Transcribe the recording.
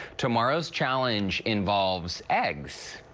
tomorrow's challenge involves eggs.